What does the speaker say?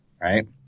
right